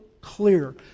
clear